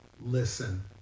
listen